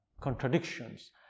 contradictions